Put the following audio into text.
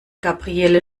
gabriele